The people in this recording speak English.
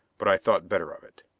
but i thought better of it.